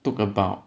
took about